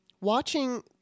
watching